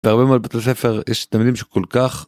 בהרבה מאוד בתי ספר יש תלמידים שכל כך.